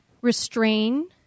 restrain